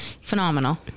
Phenomenal